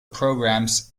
programs